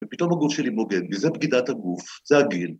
‫ופתאום הגוף שלי בוגד בי, ‫זה בגידת הגוף, זה הגיל.